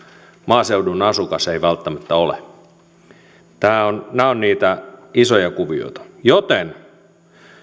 maaseudun asukas ei välttämättä ole nämä ovat niitä isoja kuvioita joten